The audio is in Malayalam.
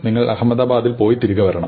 നിങ്ങൾ അഹമ്മദാബാദിൽ പോയി തിരികെ വരണം